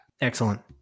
Excellent